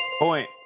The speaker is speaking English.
Point